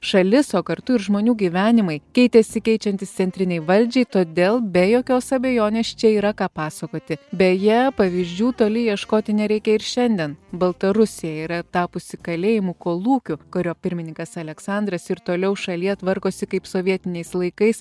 šalis o kartu ir žmonių gyvenimai keitėsi keičiantis centrinei valdžiai todėl be jokios abejonės čia yra ką pasakoti beje pavyzdžių toli ieškoti nereikia ir šiandien baltarusija yra tapusi kalėjimu kolūkio kurio pirmininkas aleksandras ir toliau šalyje tvarkosi kaip sovietiniais laikais